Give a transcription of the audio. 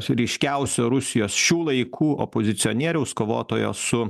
su ryškiausiu rusijos šių laikų opozicionieriaus kovotojo su